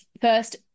first